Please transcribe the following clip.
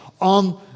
on